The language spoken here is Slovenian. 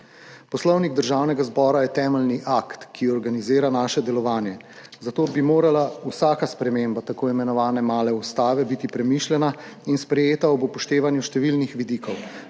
Poslovnik Državnega zbora je temeljni akt, ki organizira naše delovanje, zato bi morala biti vsaka sprememba tako imenovane male ustave premišljena in sprejeta ob upoštevanju številnih vidikov,